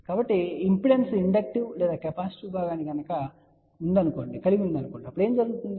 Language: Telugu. కాబట్టి ఇంపిడెన్స్ ఇండక్టటివ్ లేదా కెపాసిటివ్ భాగాన్ని కలిగి ఉంటే ఏమి జరుగుతుంది